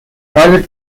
farther